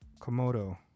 komodo